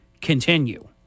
continue